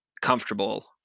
comfortable